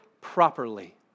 properly